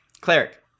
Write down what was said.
cleric